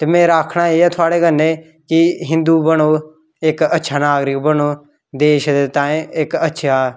ते मेरा आखना एह् ऐ थोह्ड़े कन्नै कि हिंदू बनो इक अच्छा नागरिक बनो देश दे ताईं इक अच्छा